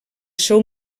seu